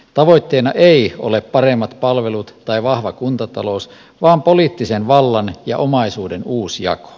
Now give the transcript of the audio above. tavoitteena ei ole paremmat palvelut tai vahva kuntatalous vaan poliittisen vallan ja omaisuuden uusjako